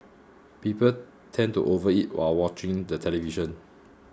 people tend to overeat while watching the television